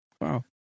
Wow